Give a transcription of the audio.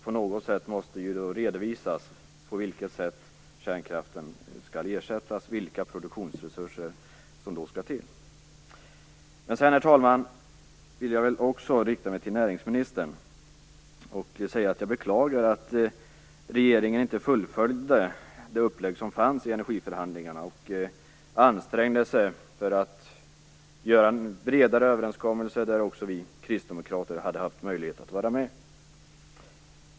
På något sätt måste det då redovisas hur den skall ersättas, vilka produktionsresurser som då skall till. Sedan, herr talman, vill jag rikta mig till näringsministern och säga att jag beklagar att regeringen inte fullföljde det upplägg som fanns i energiförhandlingarna och ansträngde sig för att göra en bredare överenskommelse där också vi kristdemokrater hade haft möjlighet att vara med.